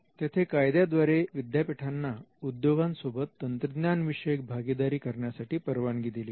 तेथे कायद्याद्वारे विद्यापीठांना उद्योगां सोबत तंत्रज्ञान विषयक भागीदारी करण्यासाठी परवानगी दिली गेली